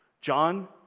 John